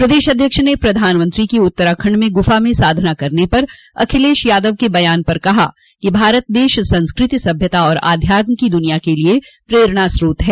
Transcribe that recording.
प्रदेश अध्यक्ष ने प्रधानमंत्री की उत्तराखंड में गुफा में साधना करने पर अखिलेश यादव के बयान पर कहा कि भारत देश संस्कृति सभ्यता और अध्यात्म का दुनिया के लिये प्रेरणा स्रोत है